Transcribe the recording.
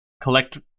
collect